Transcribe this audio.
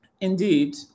indeed